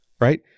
Right